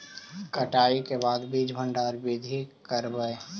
कटाई के बाद बीज भंडारन बीधी करबय?